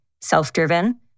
self-driven